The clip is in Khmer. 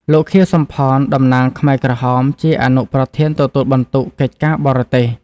លោក ខៀវ សំផន តំណាងខ្មែរក្រហម ជាអនុប្រធានទទួលបន្ទុកកិច្ចការបរទេស។